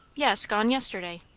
yes gone yesterday.